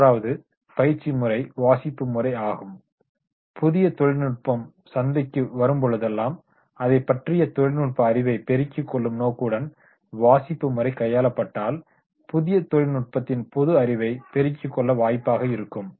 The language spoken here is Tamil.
மூன்றாவது பயிற்சி முறை வாசிப்பு முறை ஆகும் புதிய தொழில்நுட்பம் சந்தைக்கு வரும்பொழுது அதைப்பற்றிய தொழில்நுட்ப அறிவை பெருக்கிக் கொள்ளும் நோக்குடன் வாசிப்பு முறை கையாளப்பட்டால் புதிய தொழில்நுட்பத்தின் பொது அறிவை பெற்றுக்கொள்ள வாய்ப்பாக இருக்கும்